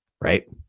Right